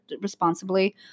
responsibly